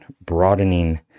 broadening